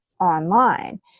online